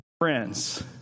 friends